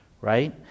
right